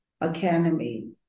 academy